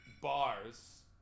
bars